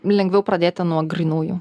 lengviau pradėti nuo grynųjų